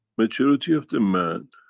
maturity of the man,